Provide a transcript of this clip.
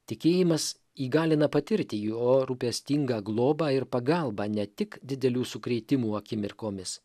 tikėjimas įgalina patirti jo rūpestingą globą ir pagalbą ne tik didelių sukrėtimų akimirkomis